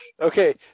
Okay